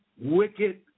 wicked